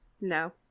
No